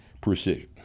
precision